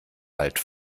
bald